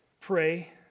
pray